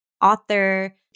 author